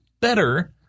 better